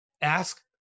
ask